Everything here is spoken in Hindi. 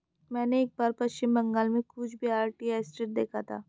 मैंने एक बार पश्चिम बंगाल में कूच बिहार टी एस्टेट देखा था